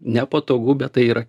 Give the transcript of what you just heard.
nepatogu bet tai yra